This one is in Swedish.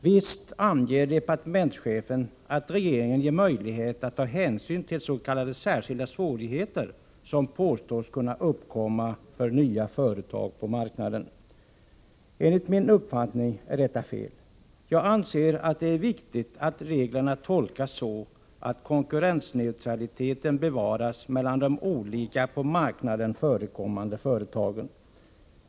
Visst anger departementschefen att regeringen kan ta hänsyn till s.k. särskilda svårigheter som påstås kunna uppkomma för nya företag på marknaden, men enligt min uppfattning är detta fel. Jag menar att det är viktigt att reglerna tolkas så, att konkurrensneutraliteten mellan de på marknaden förekommande företagen bevaras.